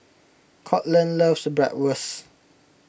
Courtland loves Bratwurst